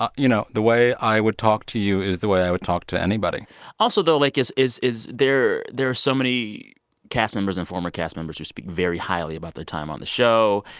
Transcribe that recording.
ah you know, the way i would talk to you is the way i would talk to anybody also, though, like is is there there are so many cast members and former cast members who speak very highly about their time on the show.